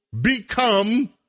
become